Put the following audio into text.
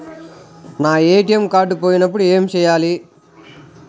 నా ATM card పోయినప్పుడు ఏమి చేయాలి?